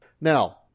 Now